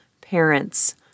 parents